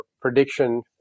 prediction